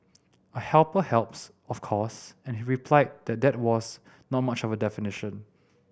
a helper helps of course and he replied that that was not much of a definition